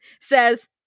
says